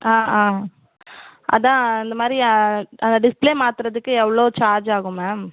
ஆ ஆ அதுதான் இந்தமாதிரி அந்த டிஸ்ப்ளே மாத்துறதுக்கு எவ்வளோ சார்ஜ் ஆகும் மேம்